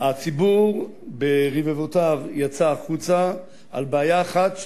הציבור ברבבותיו יצא החוצה על בעיה אחת,